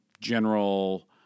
general